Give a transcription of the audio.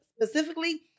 specifically